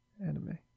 anime